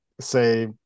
say